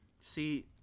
See